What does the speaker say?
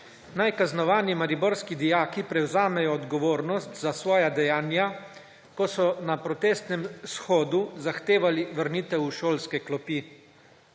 naj kaznovani mariborski dijaki prevzamejo odgovornost za svoja dejanja, ko so na protestnem shodu zahtevali vrnitev v šolske klopi.